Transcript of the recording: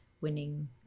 winning